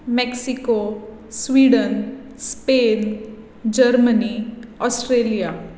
Mexico Sweden Spain Germany Australia